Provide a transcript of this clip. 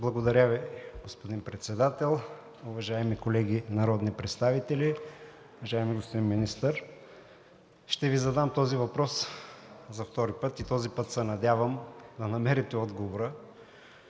Благодаря Ви, господин Председател. Уважаеми колеги народни представители, уважаеми господин Министър! Ще Ви задам този въпрос за втори път и този път се надявам да намерите отговора